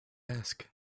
ask